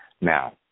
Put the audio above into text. Now